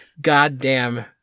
Goddamn